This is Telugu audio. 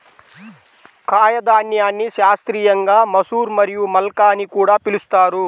కాయధాన్యాన్ని శాస్త్రీయంగా మసూర్ మరియు మల్కా అని కూడా పిలుస్తారు